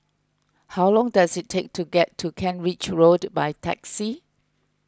how long does it take to get to Kent Ridge Road by taxi